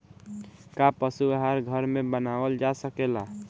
का पशु आहार घर में बनावल जा सकेला?